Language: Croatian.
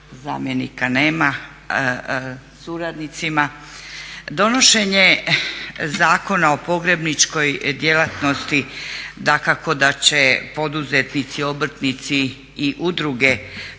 zamjenika nema, suradnicima. Donošenje Zakona o pogrebničkoj djelatnosti dakako da će poduzetnici i obrtnici i udruge